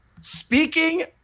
Speaking